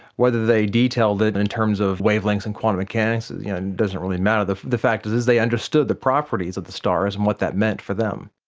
whether they detailed it in terms of wavelengths and quantum mechanics, it yeah and doesn't really matter. the the fact is is they understood the properties of the stars and what that meant for them.